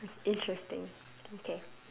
interesting okay